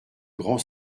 grand